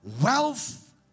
Wealth